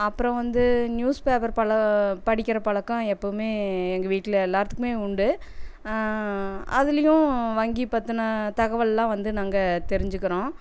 அப்புறம் வந்து newspaper பல படிக்கிற பழக்கம் எப்போவுமே எங்கள் வீட்டில் எல்லார்த்துக்குமே உண்டு அதுலேயும் வங்கி பத்தின தகவல்லாம் வந்து நாங்கள் தெரிஞ்சிக்கிறோம்